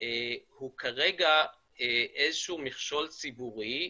זה כרגע איזה שהוא מכשול ציבורי.